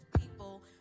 people